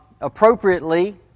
appropriately